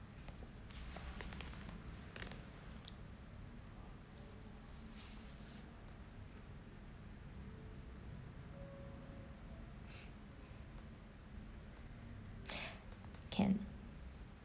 can